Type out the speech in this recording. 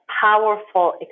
powerful